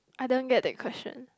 I don't get that question